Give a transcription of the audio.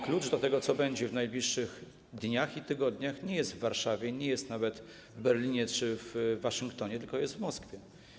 Klucz do tego, co będzie działo się w najbliższych dniach i tygodniach, nie jest w Warszawie, nie jest nawet w Berlinie czy w Waszyngtonie, tylko jest w Moskwie.